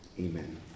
Amen